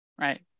Right